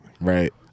Right